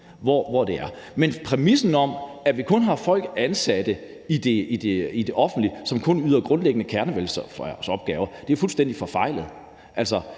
Men præmissen om, at vi kun har folk ansat i det offentlige, som yder grundlæggende kernevelfærdsopgaver, er fuldstændig forfejlet.